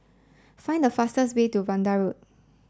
find the fastest way to Vanda Road